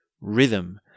rhythm